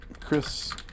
Chris